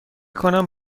کنم